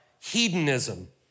hedonism